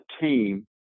team